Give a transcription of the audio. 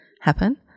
happen